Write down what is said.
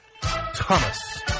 Thomas